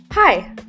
Hi